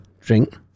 Drink